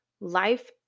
Life